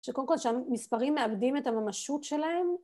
שקודם כל המספרים מאבדים את הממשות שלהם.